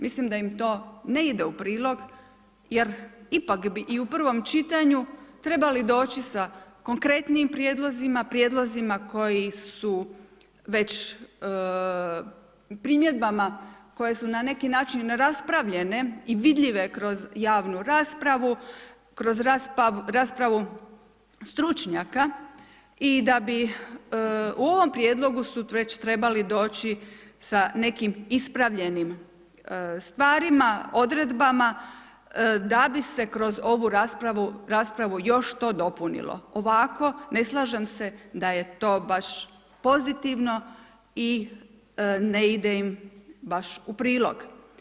Mislim da im to ne ide u prilog jer ipak bi i u prvom čitanju, trebali doći sa konkretnijim prijedlozima, prijedlozima koji su već, primjedbama koje su na neki način neraspravljene i vidljive kroz javnu raspravu, kroz raspravu stručnjaka i da bi u ovom prijedlogu sutra već trebali doći sa nekim ispravljenim stvarima, odredbama da bi se kroz ovu raspravu još to dopunilo, ovako ne slažem da se da je to baš pozitivno i ne ide im baš u prilog.